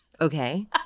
okay